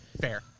Fair